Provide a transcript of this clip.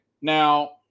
Now